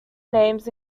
names